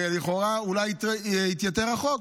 ולכאורה אולי יתייתר החוק.